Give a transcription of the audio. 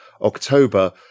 October